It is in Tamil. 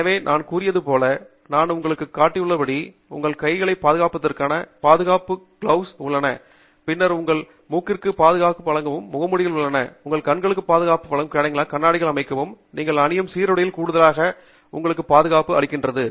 எனவே நான் கூறியதுபோல் நான் உங்களுக்கு காட்டியுள்ளபடி உங்கள் கைகள் பாதுகாப்பிற்கான பாதுகாப்பை வழங்கும் கையுறைகள் உள்ளன பின்னர் உங்கள் மூக்கிற்கான பாதுகாப்பை வழங்கும் முகமூடிகள் உள்ளன உங்கள் கண்களுக்கு பாதுகாப்பு வழங்கும் கேடயங்கள் மற்றும் கண்ணாடிகளை அமைக்கவும் நீங்கள் அணியும் சீருடையில் கூடுதலாக உங்களுக்கு பொது பாதுகாப்பு அளிக்கிறது